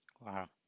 Wow